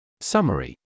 Summary